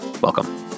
Welcome